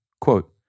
Quote